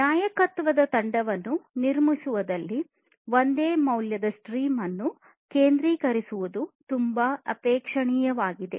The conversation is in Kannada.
ನಾಯಕತ್ವದ ತಂಡವನ್ನು ನಿರ್ಮಿಸುವಲ್ಲಿ ಒಂದೇ ಮೌಲ್ಯದ ಸ್ಟ್ರೀಮ್ ಅನ್ನು ಕೇಂದ್ರೀಕರಿಸುವುದು ತುಂಬಾ ಅಪೇಕ್ಷಣೀಯವಾಗಿದೆ